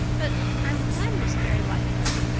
but i'm glad miss barry liked them.